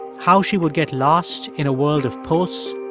how she would get lost in a world of posts,